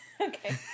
Okay